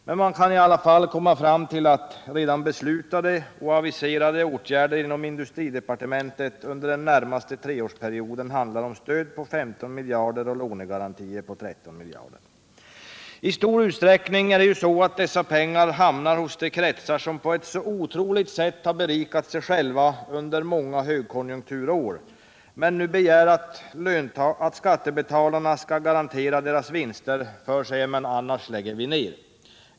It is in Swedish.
Men man kan i alla fall komma fram till att redan beslutade och aviserade åtgärder inom industridepartementet under den närmaste treårsperioden handlar om stöd på 15 miljarder och lånegarantier på 13 miljarder. I stor utsträckning hamnar dessa pengar hos de kretsar som på ett så otroligt sätt har berikat sig själva under många högkonjunkturår, men nu begär att skattebetalarna skall garantera deras vinster, för ”annars lägger vi ner”.